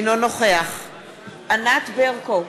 אינו נוכח ענת ברקו,